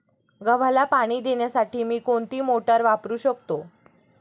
गव्हाला पाणी देण्यासाठी मी कोणती मोटार वापरू शकतो?